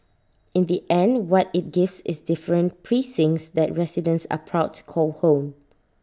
in the end what IT gives is different precincts that residents are proud to call home